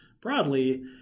broadly